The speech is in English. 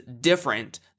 different